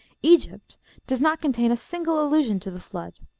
egypt does not contain a single allusion to the flood.